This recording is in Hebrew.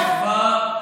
נכון.